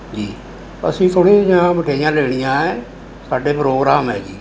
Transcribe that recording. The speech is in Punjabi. ਜੀ ਅਸੀਂ ਥੋੜ੍ਹੀ ਜਿਹੀਆਂ ਮਿਠਾਈਆਂ ਲੈਣੀਆਂ ਹੈ ਸਾਡੇ ਪ੍ਰੋਗਰਾਮ ਹੈ ਜੀ